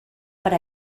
per